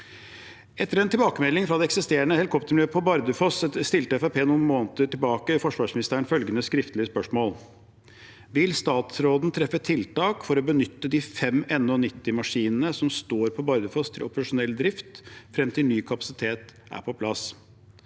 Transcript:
Etter en tilbakemelding fra det eksisterende helikoptermiljøet på Bardufoss stilte Fremskrittspartiet noen måneder tilbake forsvarsministeren følgende skriftlige spørsmål: «Vil statsråden treffe tiltak for å benytte de fem NH90-maskinene som står på Bardufoss til operasjonell profesjonell drift, frem til ny kapasitet er på plass?»